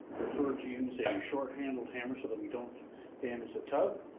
prefer to use a short-handled hammer so that we don't damage the tub.